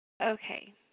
Okay